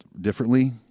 differently